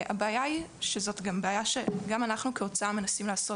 הבעיה היא שזאת גם בעיה שגם אנחנו כהוצאה מנסים לעשות